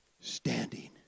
standing